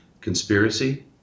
conspiracy